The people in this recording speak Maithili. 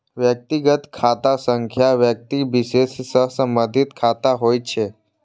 व्यक्तिगत खाता व्यक्ति विशेष सं संबंधित खाता होइ छै